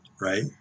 right